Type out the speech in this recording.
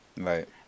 Right